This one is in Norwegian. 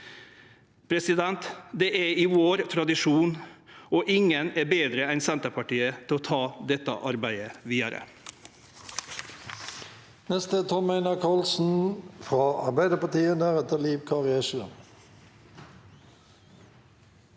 dei bur. Dette er i vår tradisjon – og ingen er betre enn Senterpartiet til å ta dette arbeidet vidare.